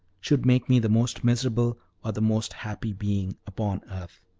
should make me the most miserable or the most happy being upon earth.